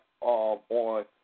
on